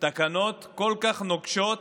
תקנות כל כך נוקשות